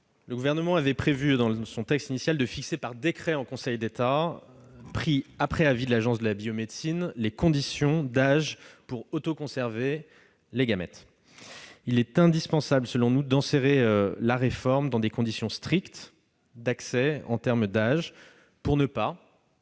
du Gouvernement, qui prévoit de fixer par décret en Conseil d'État, pris après avis de l'Agence de la biomédecine, les conditions d'âge pour autoconserver ses gamètes. Il est indispensable d'enserrer la réforme dans des conditions strictes d'accès en termes d'âge pour ne pas